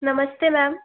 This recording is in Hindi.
नमस्ते मैम